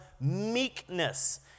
meekness